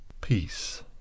Peace